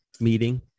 meeting